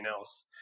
else